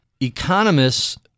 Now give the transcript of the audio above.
economists